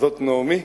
"הזאת נעמי".